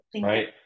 right